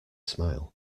smile